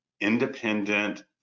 independent